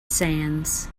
sands